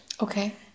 Okay